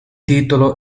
titolo